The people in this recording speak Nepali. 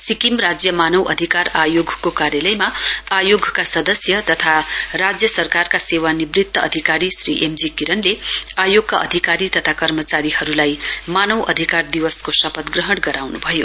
सिक्किम राज्य मानव अधिकार आयोगको कार्यालयमा आयोगका सदस्य तथा राज्य सरकारका सेवानिवृत अधिकारी श्री एम जी किरणले आयोगका अधिकारी तथा कर्मचारीहरूलाई मानव अधिकार दिवसको शपथ ग्रहण गराउनु भयो